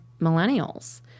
millennials